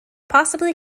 possibly